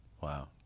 Wow